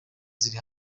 ziri